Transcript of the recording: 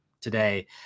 today